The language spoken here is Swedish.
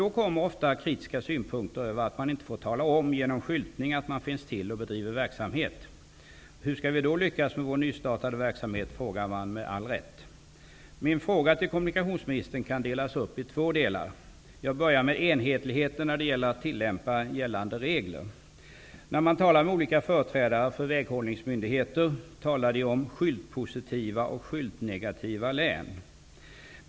Då kommer ofta kritiska synpunkter över att man inte genom skyltning får tala om att man finns till och bedriver verksamhet. Man frågar då med all rätt hur man skall kunna lyckas med sin nystartade verksamhet. Min fråga til kommunikationsministern kan delas upp i två delar. Jag börjar med enhetligheten när det gäller att tillämpa gällande regler. När jag talar med olika företrädare för väghållningsmyndigheter talar de om skyltpositiva och skyltnegativa län.